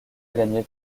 gagné